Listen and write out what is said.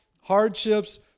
hardships